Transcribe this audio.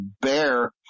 bear